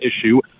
issue